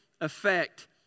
effect